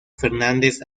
fernández